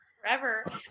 forever